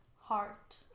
Heart